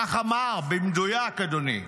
כך אמר, במדויק, אדוני: